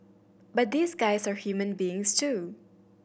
but these guys are human beings too